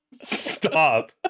Stop